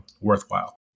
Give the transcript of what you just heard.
worthwhile